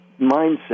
mindset